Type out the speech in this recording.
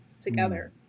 together